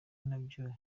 nabyo